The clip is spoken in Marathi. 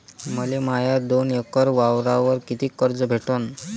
मले माया दोन एकर वावरावर कितीक कर्ज भेटन?